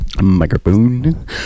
Microphone